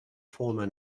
former